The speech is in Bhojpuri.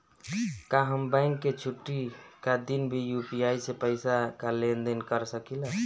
का हम बैंक के छुट्टी का दिन भी यू.पी.आई से पैसे का लेनदेन कर सकीले?